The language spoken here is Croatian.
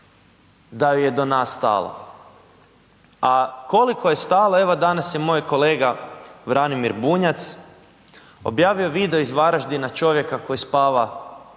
da joj je do nas stalo. A koliko je stalo, evo danas je moj kolega Branimir Bunjac objavio video iz Varaždina čovjeka koji spava